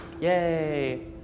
Yay